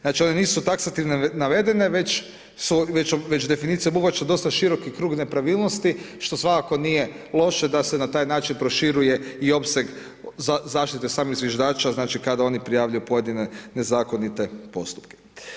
Znači one nisu taksativno navedeno, već definicija obuhvaća dosta široki krug nepravilnosti, što svakako nije loše da se na taj način proširuje i opseg zaštite samih zviždača, znači kada oni prijavljuju pojedine nezakonite postupke.